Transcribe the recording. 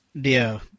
Dear